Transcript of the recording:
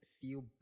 feel